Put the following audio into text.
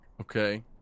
Okay